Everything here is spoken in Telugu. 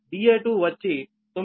Da2 వచ్చి 9